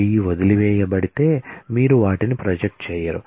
D వదిలివేయబడితే మీరు వాటిని ప్రొజెక్ట్ చేయరు